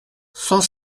cent